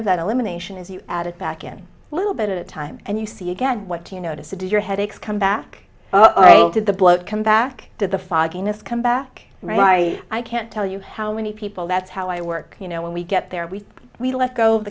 of that elimination is you add it back in a little bit at a time and you see again what do you notice to do your headaches come back to the blood come back to the fogginess come back right i can't tell you how many people that's how i work you know when we get there we we let go of